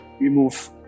remove